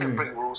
mm